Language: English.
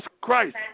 Christ